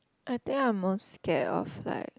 I think I most scared of like